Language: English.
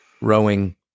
rowing